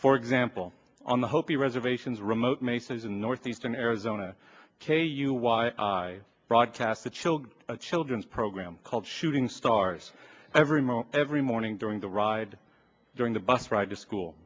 for example on the hopi reservations remote masons in northeastern arizona katie uy i broadcast the children a children's program called shooting stars every moment every morning during the ride during the bus ride to school